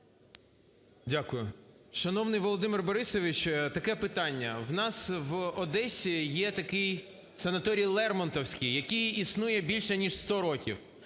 Дякую. Шановний Володимир Борисович, таке питання. У нас в Одесі є такий санаторій "Лермонтовський", який існує більше ніж 100 років